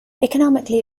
economically